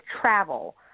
travel